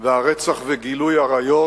והרצח וגילוי עריות